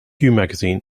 magazine